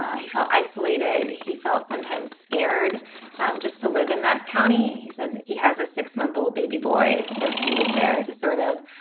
he felt isolated. he felt sometimes scared just to live in that county. he said he has a six month old baby boy. so he was there to sort of